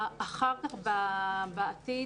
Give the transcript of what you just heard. בעתיד